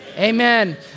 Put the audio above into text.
Amen